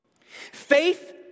Faith